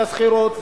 לשכירות,